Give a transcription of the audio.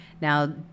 Now